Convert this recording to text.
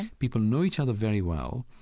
people know each other very well,